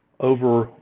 Over